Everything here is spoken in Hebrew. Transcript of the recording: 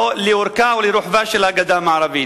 לאורכה ולרוחבה של הגדה המערבית.